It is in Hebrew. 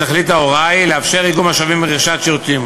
תכנים אלה נוספים לבקשת הורי התלמידים הלומדים בכל מוסד